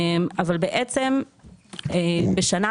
אבל בשנה רגילה